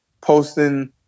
posting